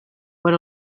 per